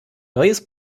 neues